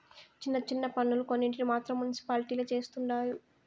చిన్న చిన్న పన్నులు కొన్నింటిని మాత్రం మునిసిపాలిటీలే చుస్తండాయి